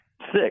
Six